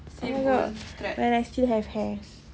oh my god when I still have hairs